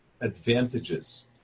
advantages